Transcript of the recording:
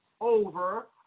over